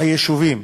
היישובים